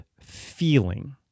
feeling